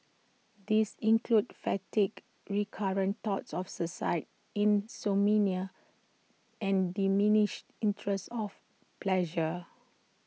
these include fatigue recurrent thoughts of suicide insomnia and diminished interest of pleasure